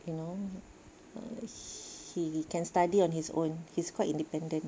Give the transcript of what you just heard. you know he can study on his own he's quite independent